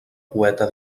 poeta